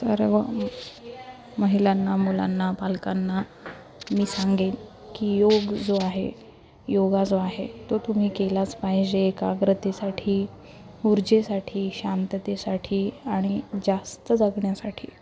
सर्व महिलांना मुलांना पालकांना मी सांगेन की योग जो आहे योगा जो आहे तो तुम्ही केलाच पाहिजे एकग्रतेसाठी ऊर्जेसाठी शांततेसाठी आणि जास्त जगण्यासाठी